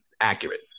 accurate